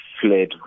fled